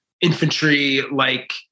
infantry-like